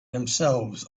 themselves